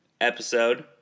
episode